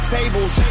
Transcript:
Tables